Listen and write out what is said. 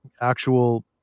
Actual